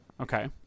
Okay